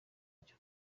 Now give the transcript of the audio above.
icyo